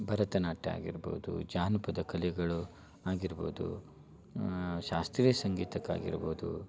ಭರತನಾಟ್ಯ ಆಗಿರ್ಬೋದು ಜಾನಪದ ಕಲೆಗಳು ಆಗಿರ್ಬೋದು ಶಾಸ್ತ್ರೀಯ ಸಂಗೀತಕ್ಕೆ ಆಗಿರ್ಬೋದು